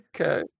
Okay